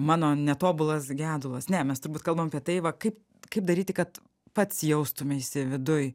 mano netobulas gedulas ne mes turbūt kalbam apie tai va kaip kaip daryti kad pats jaustumeisi viduj